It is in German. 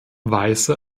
weise